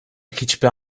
hiçbir